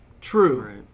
True